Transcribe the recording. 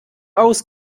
aus